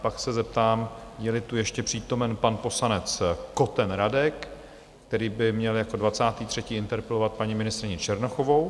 Pak se zeptám, jeli tu ještě přítomen pan poslanec Koten Radek, který by měl jako dvacátý třetí interpelovat paní ministryni Černochovou?